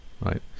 Right